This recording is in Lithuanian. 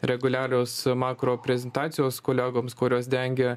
reguliarios makro prezentacijos kolegoms kurios dengia